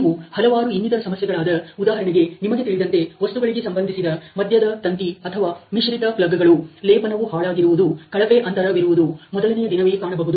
ನೀವು ಹಲವಾರು ಇನ್ನಿತರ ಸಮಸ್ಯೆಗಳಾದ ಉದಾಹರಣೆಗೆ ನಿಮಗೆ ತಿಳಿದಂತೆ ವಸ್ತುಗಳಿಗೆ ಸಂಬಂಧಿಸಿದ ಮಧ್ಯದ ತಂತಿ ಅಥವಾ ಮಿಶ್ರಿತ ಪ್ಲಗ್ ಗಳು ಲೇಪನವು ಹಾಳಾಗಿರುವುದು ಕಳಪೆ ಅಂತರವಿರುವುದು ಮೊದಲನೆಯ ದಿನವೇ ಕಾಣಬಹುದು